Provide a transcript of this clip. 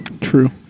True